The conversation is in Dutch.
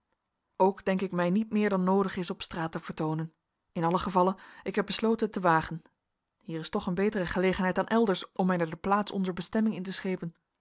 ook denk ik mij niet meer dan noodig is op straat te vertoonen in allen gevalle ik heb besloten het te wagen hier is toch eene betere gelegenheid dan elders om mij naar de plaats onzer bestemming in te schepen